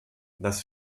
das